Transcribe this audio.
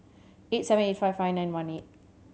eight seven eight five five nine one eight